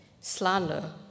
slander